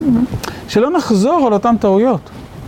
שלא נחזור על אותם טעויות.